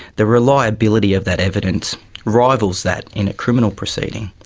the reliability of that evidence rivals that in a criminal proceeding.